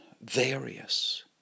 various